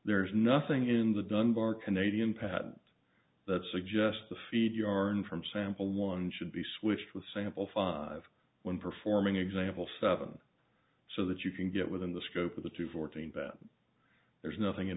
there is nothing in the dunbar canadian pat that suggests the feed yarn from sample one should be switched to a sample five when performing example seven so that you can get within the scope of the two fourteen that there's nothing in